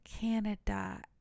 Canada